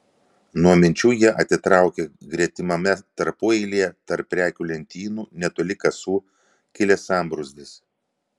nuo minčių ją atitraukė gretimame tarpueilyje tarp prekių lentynų netoli kasų kilęs sambrūzdis